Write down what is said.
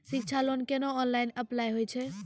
शिक्षा लोन केना online apply होय छै?